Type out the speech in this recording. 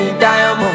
diamond